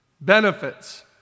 benefits